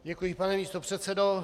Děkuji, pane místopředsedo.